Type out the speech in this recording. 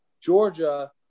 Georgia